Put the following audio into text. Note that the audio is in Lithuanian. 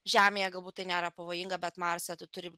žemėje galbūt tai nėra pavojinga bet marse tu turi